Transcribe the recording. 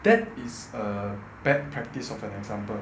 that is a bad practice of an example